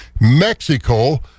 Mexico